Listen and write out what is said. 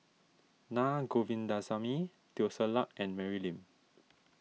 Na Govindasamy Teo Ser Luck and Mary Lim